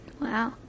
Wow